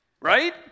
right